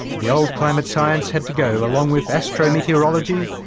the old climate science had to go, along with astro meteorology,